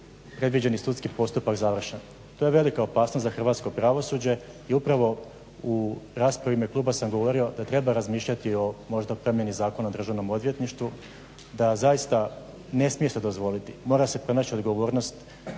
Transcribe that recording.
predviđeni sudski postupak završen. To je velika opasnost za hrvatsko pravosuđe i upravo u raspravi u ime kluba sam govorio da treba razmišljati o možda promjeni Zakona o državnom odvjetništvu, da zaista ne smije se dozvoliti, mora se pronaći odgovornost